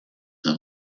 have